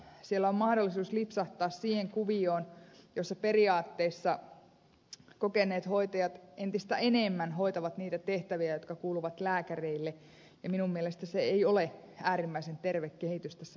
siellä on mahdollisuus lipsahtaa siihen kuvioon jossa periaatteessa kokeneet hoitajat entistä enemmän hoitavat niitä tehtäviä jotka kuuluvat lääkäreille ja minun mielestäni se ei ole äärimmäisen terve kehitys tässä meidän yhteiskunnassamme